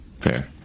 Fair